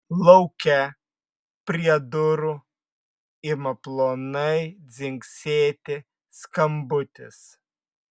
lauke prie durų ima plonai dzingsėti skambutis